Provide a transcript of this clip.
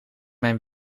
mijn